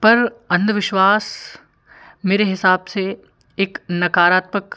पर अंधविश्वास मेरे हिसाब से एक नकारात्मक